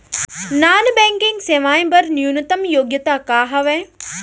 Non banking सेवाएं बर न्यूनतम योग्यता का हावे?